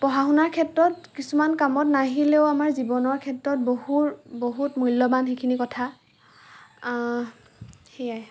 পঢ়া শুনা ক্ষেত্ৰত কিছুমান কামত নাহিলেও আমাৰ জীৱনৰ ক্ষেত্ৰত বহুৰ বহুত মূল্যবান সেইখিনি কথা সেয়াই